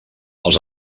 els